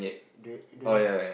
do you do you know